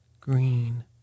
green